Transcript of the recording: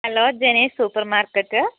hello Janesh super market